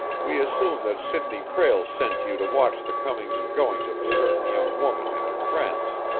we assume that sidney prale sent you to watch the comings and goings of a certain young woman and her friends.